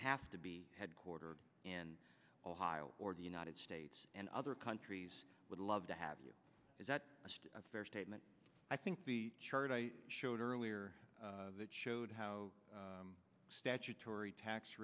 have to be headquartered in ohio or the united states and other countries would love to have you is that statement i think the chart i showed earlier that showed how statutory tax